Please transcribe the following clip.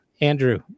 Andrew